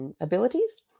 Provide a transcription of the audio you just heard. abilities